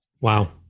Wow